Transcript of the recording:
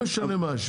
לא משנה מה.